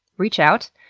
reach out.